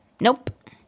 Nope